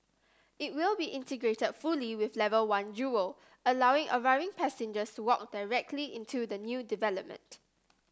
it will be integrated fully with level one of Jewel allowing arriving passengers to walk directly into the new development